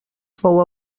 fou